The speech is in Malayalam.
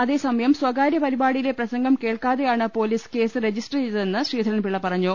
അതെസമയം സ്ഥകാര്യ പരിപാടിയിലെ പ്രസംഗം കേൾക്കാതെയാണ് പോലീസ് കേസ് രജിസ്റ്റർ ചെയ്തതെന്ന് ശ്രീധരൻപിള്ള പറഞ്ഞു